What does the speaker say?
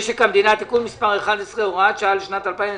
משק המדינה (תיקון מס' 11 והוראת שעה לשנת 2021),